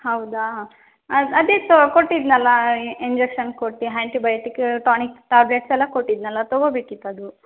ಹೌದಾ ಅದು ಅದೇ ಕೊಟ್ಟಿದ್ದೆನಲ್ಲ ಇಂಜೆಕ್ಷನ್ ಕೊಟ್ಟು ಹ್ಯಾಂಟಿಬೈಟಿಕ್ ಟಾನಿಕ್ ಟ್ಯಾಬ್ಲೆಟ್ಸ್ ಎಲ್ಲ ಕೊಟ್ಟಿದ್ದೆನಲ್ಲ ತೊಗೊಬೇಕಿತ್ತದು